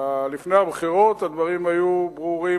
לפני הבחירות הדברים היו ברורים,